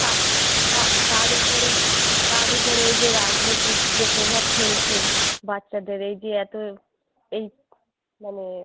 তা তা তার উপরে তার উপরে এই যে রাজনীতির যে প্রভাব ফেলছে বাচ্চাদের এই যে এতো এই মানে